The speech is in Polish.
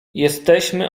jesteśmy